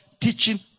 teaching